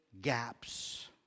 gaps